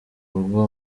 rugo